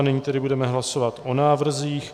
Nyní tedy budeme hlasovat o návrzích.